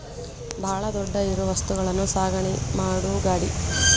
ಬಾಳ ದೊಡ್ಡ ಇರು ವಸ್ತುಗಳನ್ನು ಸಾಗಣೆ ಮಾಡು ಗಾಡಿ